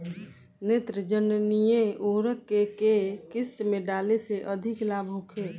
नेत्रजनीय उर्वरक के केय किस्त में डाले से अधिक लाभ होखे?